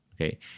okay